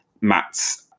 Matt's